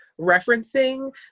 referencing